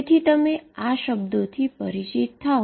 તેથી તમે આ શબ્દોથી પરિચિત થાઓ